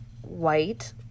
white